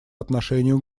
отношению